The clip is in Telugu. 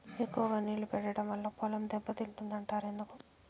ఎక్కువగా నీళ్లు పెట్టడం వల్ల పొలం దెబ్బతింటుంది అంటారు ఎందుకు?